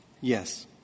Yes